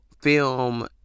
Film